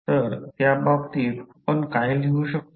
तर त्या बाबतीत आपण काय लिहू शकतो